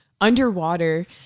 underwater